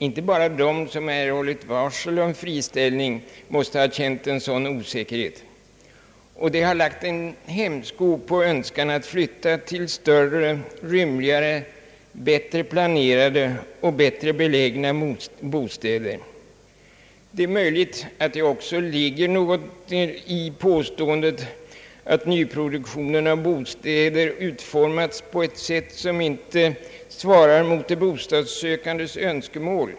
Inte bara de som erhållit varsel om friställning måste ha känt sådan osäkerhet, och det har lagt en hämsko på önskan att flytta till större, rymligare, bättre planerade och bättre belägna bostäder. Möjligen ligger det också något i påståendet att nyproduktionen av bostäder utformats på ett sätt som inte svarar mot de bostadssökandes önskemål.